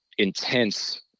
intense